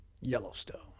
Yellowstone